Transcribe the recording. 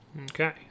Okay